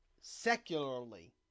secularly